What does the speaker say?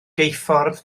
geuffordd